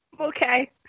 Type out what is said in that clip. Okay